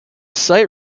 site